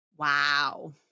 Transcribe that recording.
Wow